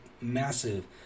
massive